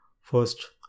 first